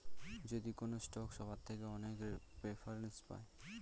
যদি কোনো স্টক সবার থেকে অনেক প্রেফারেন্স পায়